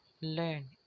learn